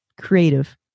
creative